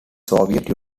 soviet